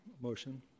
motion